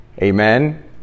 Amen